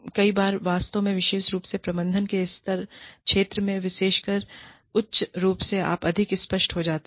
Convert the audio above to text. कई बार वास्तव में विशेष रूप से प्रबंधन के क्षेत्र में विशेषकर उच्च रूप से आप अधिक अस्पष्ट हो जाते हैं